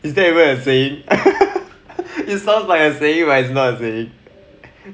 is that even a saying it sounds like a saying but it's not a saying